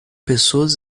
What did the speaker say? pessoas